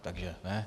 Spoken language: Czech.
Takže ne.